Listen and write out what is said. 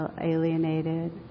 alienated